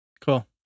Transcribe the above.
Cool